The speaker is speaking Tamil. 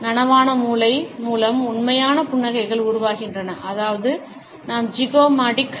நனவான மூளை மூலம் உண்மையான புன்னகைகள் உருவாகின்றன அதாவது நாம் ஜிகோமாடிக்